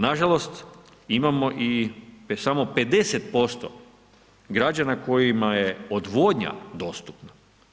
Na žalost imamo i samo 50% građana kojima je odvodnja dostupna.